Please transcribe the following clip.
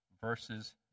verses